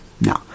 No